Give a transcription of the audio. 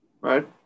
right